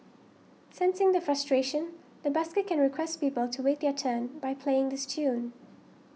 sensing the frustration the busker can request people to wait their turn by playing this tune